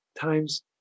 times